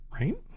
right